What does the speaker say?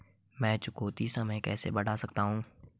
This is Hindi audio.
मैं चुकौती समय कैसे बढ़ा सकता हूं?